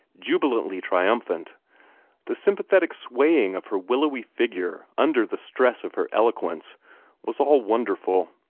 jubilantly triumphant the sympathetic swaying of her willowy figure under the stress of her eloquence was all wonderful.